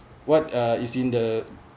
what uh is in the